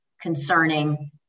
concerning